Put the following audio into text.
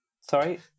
Sorry